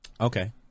Okay